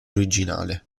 originale